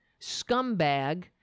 scumbag